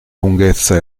lunghezza